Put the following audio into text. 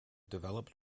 developed